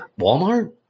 Walmart